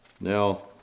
Now